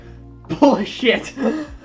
bullshit